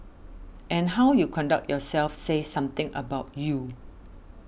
and how you conduct yourself says something about you